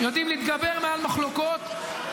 יודעים להתגבר מעל מחלוקות.